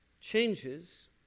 changes